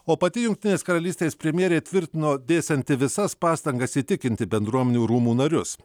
o pati jungtinės karalystės premjerė tvirtino dėsianti visas pastangas įtikinti bendruomenių rūmų narius